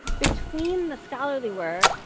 between the scholarly work